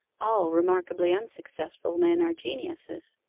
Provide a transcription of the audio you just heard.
all remarkably unsuccessful men are geniuses